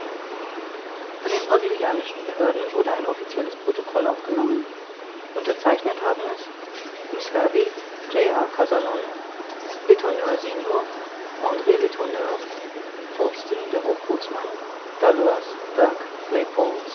von den brasilianischen behörden wurde ein officielles protokoll aufgenommen unterzeichnet haben es miß herbey j r kazallon letourneur sen andr letourneur falsten der hochbootsmann